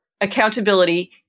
accountability